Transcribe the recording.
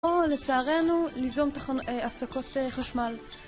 או לצערנו ליזום תחנות... הפסקות חשמל